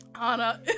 Anna